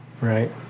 Right